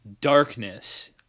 Darkness